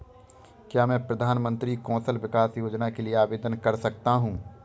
क्या मैं प्रधानमंत्री कौशल विकास योजना के लिए आवेदन कर सकता हूँ?